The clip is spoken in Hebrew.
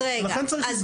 לכן צריך לסגור אותם.